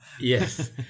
Yes